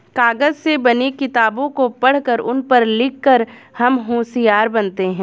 कागज से बनी किताबों को पढ़कर उन पर लिख कर हम होशियार बनते हैं